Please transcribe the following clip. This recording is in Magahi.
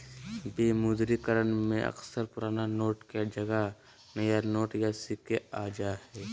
विमुद्रीकरण में अक्सर पुराना नोट के जगह नया नोट या सिक्के आ जा हइ